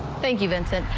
thank you, vincent.